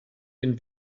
den